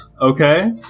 Okay